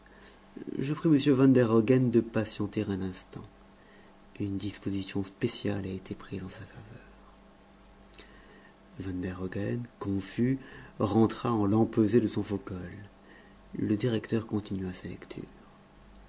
je prie m van der hogen de patienter un instant une disposition spéciale a été prise en sa faveur van der hogen confus rentra en l'empesé de son faux col le directeur continua sa lecture